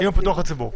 אם הוא פתוח לציבור.